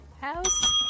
House